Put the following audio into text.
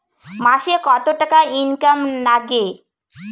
মাসে কত টাকা ইনকাম নাগে?